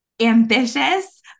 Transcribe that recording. ambitious